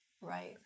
Right